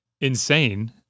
insane